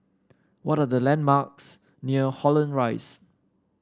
what are the landmarks near Holland Rise